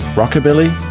rockabilly